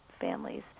families